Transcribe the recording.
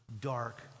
dark